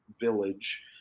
village